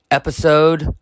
episode